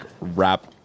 wrap